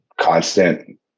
constant